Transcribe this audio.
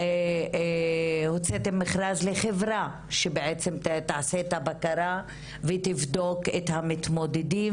הוצאתם מכרז לחברה שבעצם תעשה את הבקרה ותבדוק את המתמודדים,